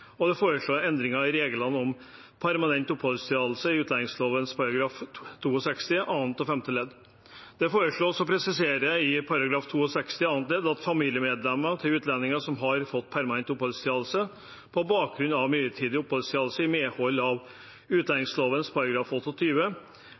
og det foreslår endringer i reglene om permanent oppholdstillatelse i utlendingsloven § 62 annet og femte ledd. Det foreslås å presisere, i § 62 annet ledd, at familiemedlemmer til utlendinger som har fått permanent oppholdstillatelse på bakgrunn av midlertidig oppholdstillatelse i medhold av